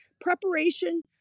Preparation